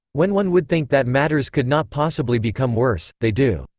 when one would think that matters could not possibly become worse, they do.